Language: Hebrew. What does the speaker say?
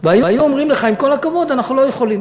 היו אומרים לך: עם כל הכבוד, אנחנו לא יכולים.